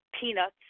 peanuts